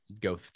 go